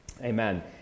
Amen